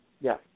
Yes